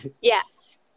Yes